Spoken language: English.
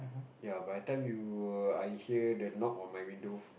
ya by the time you err I hear the knock on my window